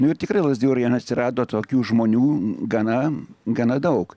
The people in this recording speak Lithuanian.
ir tikrai lazdijų rajone atsirado tokių žmonių gana gana daug